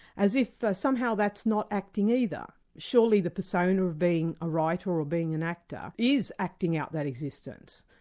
as if somehow that's not acting either. surely the persona of being a writer or being an actor is acting out that existence,